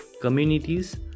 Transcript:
communities